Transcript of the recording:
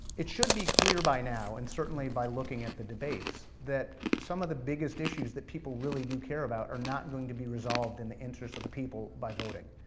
it should be clear by now, and certainly by looking at the debates, that some of the biggest issues that people really do care about, are not going to be resolved in the interest of the people by voting.